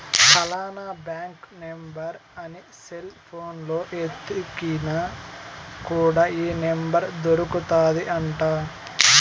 ఫలానా bank number అని cell పోనులో ఎతికిన కూడా ఈ నెంబర్ దొరుకుతాది అంట